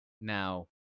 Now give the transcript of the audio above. Now